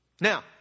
Now